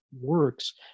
works